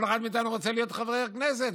כל אחד מאיתנו רוצה להיות חבר כנסת,